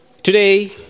Today